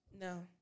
No